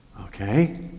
okay